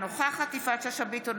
אינו נוכחת יפעת שאשא ביטון,